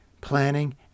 planning